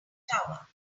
tower